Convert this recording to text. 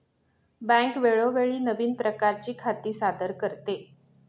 bank वेळोवेळी नवीन प्रकारची खाती सादर करते